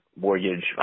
mortgage